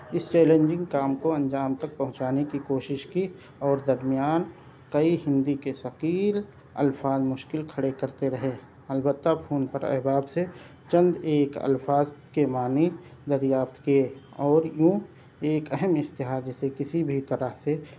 اس challenging کام کو انجام تک پہنچانے کی کوشش کی اور درمیان کئی ہندی کے ثقیل الفاظ مشکل کھڑے کرتے رہے البتہ فون پر احباب سے چند ایک الفاظ کے معنی دریافت کئے اور یوں ایک اہم اشتہار جسے کسی بھی طرح سے